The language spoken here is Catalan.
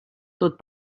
tot